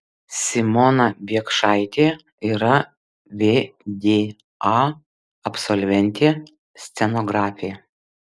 simona biekšaitė yra vda absolventė scenografė